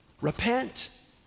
Repent